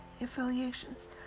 affiliations